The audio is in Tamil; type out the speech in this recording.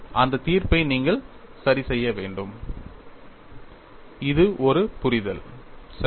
அந்த தீர்ப்பை நீங்கள் செய்ய வேண்டும் அது ஒரு புரிதல் சரி